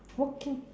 walking